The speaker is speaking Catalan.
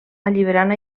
alliberant